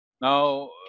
Now